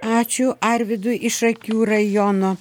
ačiū arvydui iš šakių rajono